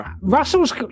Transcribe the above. Russell's